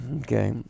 Okay